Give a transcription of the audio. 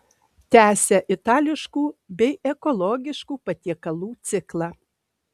tęsia itališkų bei ekologiškų patiekalų ciklą